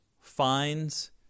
fines